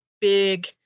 big